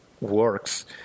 works